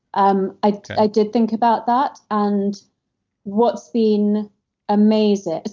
um i did think about that, and what's been amazing.